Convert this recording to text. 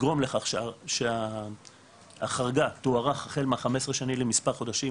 לגרום לכך שההחרגה תוארך החל מה-15.2 למספר חודשים,